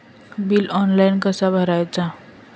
Bill online कसा भरायचा?